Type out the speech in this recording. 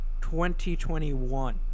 2021